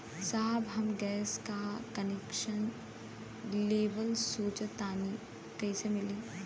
साहब हम गैस का कनेक्सन लेवल सोंचतानी कइसे मिली?